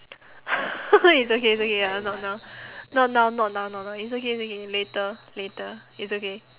it's okay it's okay ya not now not now not now not now it's okay it's okay later later it's okay